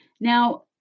Now